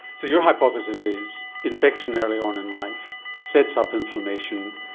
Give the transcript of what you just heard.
so your hypothesis is infection early on in life sets up inflammation,